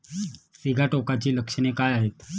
सिगाटोकाची लक्षणे काय आहेत?